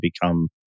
become